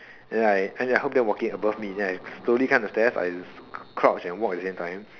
then I I heard them walking above me then I slowly climb the stairs I crouch and walk at the same time